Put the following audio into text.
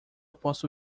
posso